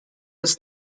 ist